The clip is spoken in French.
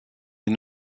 est